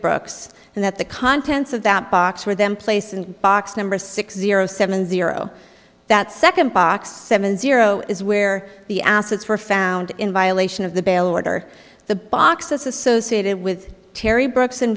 brooks and that the contents of that box were them place and box number six zero seven zero that second box seven zero is where the assets were found in violation of the bail order the boxes associated with terry brooks